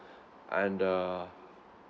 and uh